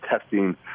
testing